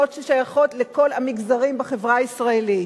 בנות ששייכות לכל המגזרים בחברה הישראלית.